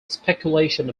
speculation